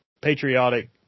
patriotic –